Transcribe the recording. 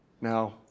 Now